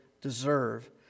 deserve